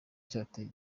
cyateye